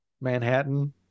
Manhattan